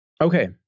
Okay